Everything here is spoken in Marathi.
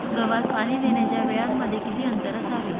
गव्हास पाणी देण्याच्या वेळांमध्ये किती अंतर असावे?